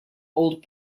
old